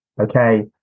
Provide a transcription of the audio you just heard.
Okay